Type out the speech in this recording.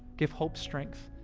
give hope, strength,